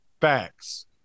Facts